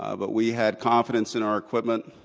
ah but we had confidence in our equipment.